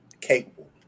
capable